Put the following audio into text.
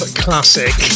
classic